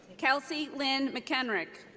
kelsey lynn mckenrick.